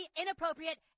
inappropriate